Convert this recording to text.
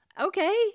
Okay